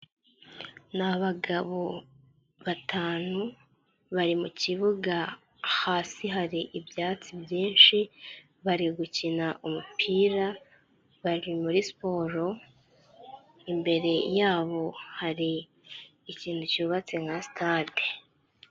Ni abagabo batanu bari mu kibuga hasi hari ibyatsi byinshi, bari gukina umupira bari muri siporo imbere yabo hari ikintu cyubatse nka sitade.